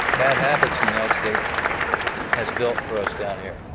bad habits in the united states has built for us down here.